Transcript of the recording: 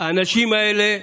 האנשים האלה,